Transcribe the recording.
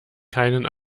keinen